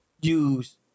use